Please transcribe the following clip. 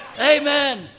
amen